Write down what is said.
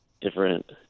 different